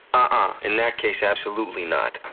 ah in that case, absolutely not.